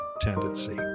tendency